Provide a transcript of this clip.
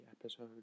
episode